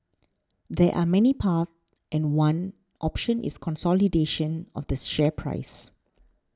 there are many paths and one option is consolidation of the share price